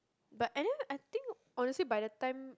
but anyway I think honestly by that time